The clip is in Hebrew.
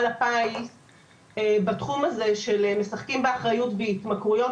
הפיס בתחום הזה של משחקים באחריות בהתמכרויות,